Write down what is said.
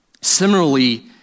Similarly